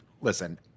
listen